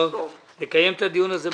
בכל מקרה נקיים את הדיון הזה,